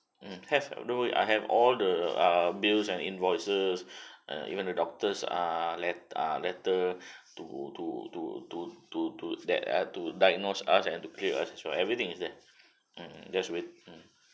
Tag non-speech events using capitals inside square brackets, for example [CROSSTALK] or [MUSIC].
mm have don't worry I have all the ah bills and invoices [BREATH] uh even the doctors ah let~ ah letter [BREATH] to to to to to to that uh to diagnose us and to clear us as well everything is there mm just wait mm